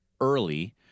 early